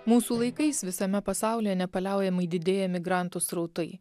mūsų laikais visame pasaulyje nepaliaujamai didėja migrantų srautai